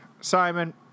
Simon